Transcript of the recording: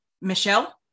Michelle